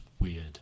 weird